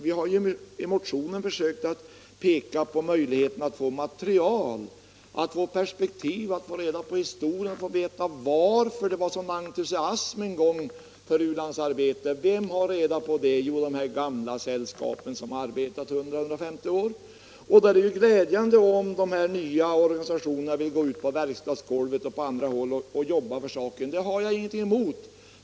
Vi har i motionen försökt peka på möjligheterna att få material, att få perspektiv, att få reda på historien, att få veta varför det var sådan entusiasm en gång för u-landsarbete. Vem har reda på det? Jo, det är de gamla sällskapen, som har arbetat 100-150 år. Det är glädjande om de här nya organisationerna vill gå ut på verkstadsgolvet och på andra hål! och jobba för saken — det har jag ingenting emot.